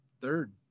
third